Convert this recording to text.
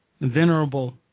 venerable